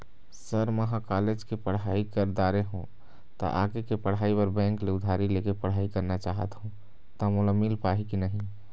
Sir म ह college के पढ़ाई कर दारें हों ता आगे के पढ़ाई बर बैंक ले उधारी ले के पढ़ाई करना चाहत हों ता मोला मील पाही की नहीं?